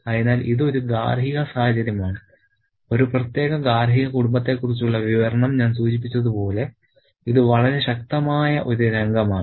അതിനാൽ ഇതൊരു ഗാർഹിക സാഹചര്യമാണ് ഒരു പ്രത്യേക ഗാർഹിക കുടുംബത്തെക്കുറിച്ചുള്ള വിവരണം ഞാൻ സൂചിപ്പിച്ചതുപോലെ ഇത് വളരെ ശാന്തമായ ഒരു രംഗമാണ്